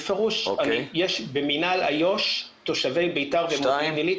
בפירוש יש במינהל איו"ש, תושבי ביתר ומודיעין עלית